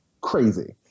crazy